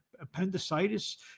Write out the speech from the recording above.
Appendicitis